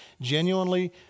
Genuinely